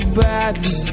badly